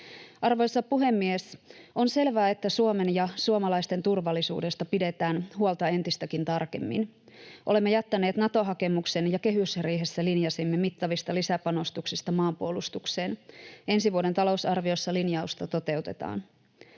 Arvoisa puhemies! On selvää, että Suomen ja suomalaisten turvallisuudesta pidetään huolta entistäkin tarkemmin. Olemme jättäneet Nato-hakemuksen ja kehysriihessä linjasimme mittavista lisäpanostuksista maanpuolustukseen. Ensi vuoden talousarviossa linjausta toteutetaan.